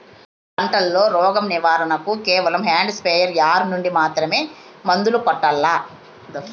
పంట లో, రోగం నివారణ కు కేవలం హ్యాండ్ స్ప్రేయార్ యార్ నుండి మాత్రమే మందులు కొట్టల్లా?